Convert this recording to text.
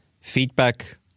feedback